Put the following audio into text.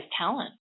talent